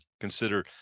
consider